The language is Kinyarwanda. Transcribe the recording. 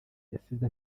yasinze